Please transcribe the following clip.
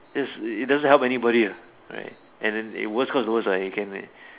that's it doesn't help anybody uh right and then the worst come to worst uh they can